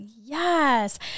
yes